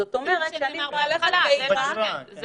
זאת אומרת שאני יכולה ללכת לאירה,